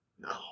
No